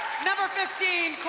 number thirteen,